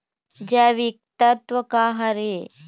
जैविकतत्व का हर ए?